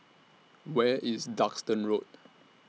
Where IS Duxton Road